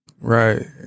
Right